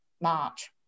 March